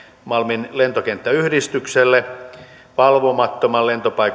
malmin lentokenttäyhdistykselle valvomattoman lentopaikan